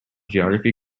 geography